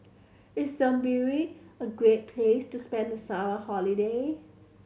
is Zimbabwe a great place to spend the summer holiday